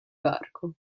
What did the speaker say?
varco